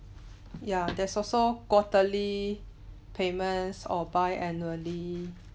yeah there's also quarterly payments or bi annually